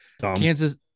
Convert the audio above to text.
Kansas